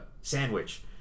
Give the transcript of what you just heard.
sandwich